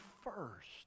first